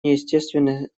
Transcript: неестественны